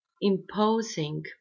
imposing